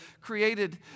created